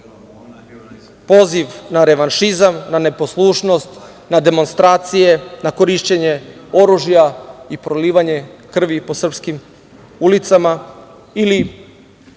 poziv na revanšizam, na neposlušnost, na demonstracije, na korišćenje oružja i prolivanje krvi po srpskim ulicama. Ili